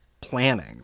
planning